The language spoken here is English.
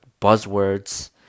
buzzwords